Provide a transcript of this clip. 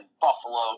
Buffalo